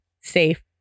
safe